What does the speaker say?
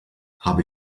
habe